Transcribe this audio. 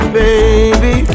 baby